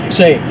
say